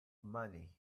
money